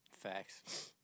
Facts